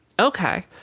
Okay